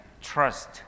trust